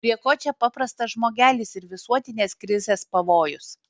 prie ko čia paprastas žmogelis ir visuotinės krizės pavojus